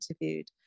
interviewed